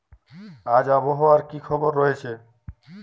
আজ আবহাওয়ার কি খবর রয়েছে?